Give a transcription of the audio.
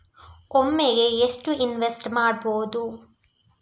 ಒಮ್ಮೆಗೆ ಎಷ್ಟು ಇನ್ವೆಸ್ಟ್ ಮಾಡ್ಬೊದು?